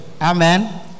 Amen